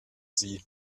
sie